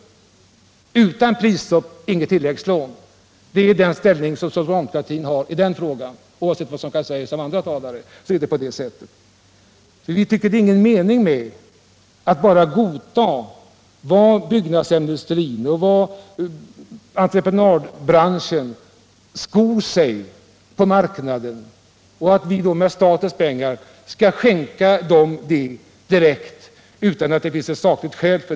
Utan prisstopp inget tilläggslån — det är den uppfattning som socialdemokratin har i denna fråga, oavsett vad som kan sägas av andra talare. Vi tycker att det inte är någon mening med att bara godta att byggnadsämnesindustrin och entreprenadbranschen skor sig på marknaden och att vi med statens pengar skall skänka dem detta direkt utan att det finns ett sakligt skäl.